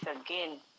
again